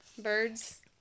Birds